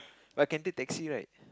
but can take taxi right